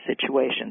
situations